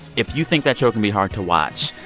if you think that show can be hard to watch,